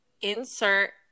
insert